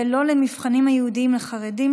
ולא במבחנים הייעודיים לחרדים,